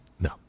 No